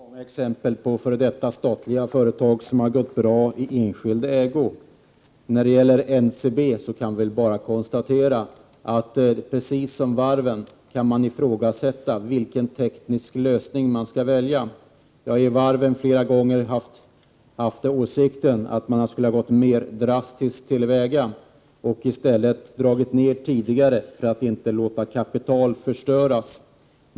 Herr talman! Det finns många exempel på hur före detta statliga företag har gått bra i enskild ägo. När det gäller Ncb kan vi bara konstatera att man, precis som i fråga om varven, kan ifrågasätta vilken teknisk lösning som skall väljas. Jag har när det gäller varven flera gånger haft den åsikten att man borde ha gått mera drastiskt till väga, dragit ner tidigare i stället för att låta kapital förstöras.